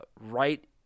right